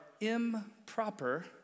improper